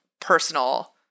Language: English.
personal